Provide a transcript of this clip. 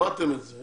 שמעתם את זה.